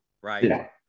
right